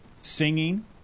singing